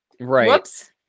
right